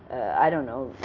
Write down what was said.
i don't know,